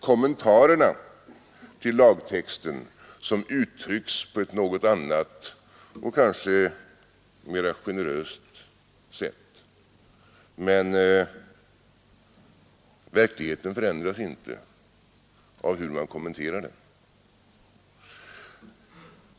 Kommentarerna till lagtexten uttrycks bara på ett något annat och kanske mera generöst sätt, men verkligheten förändras inte av hur man kommenterar den.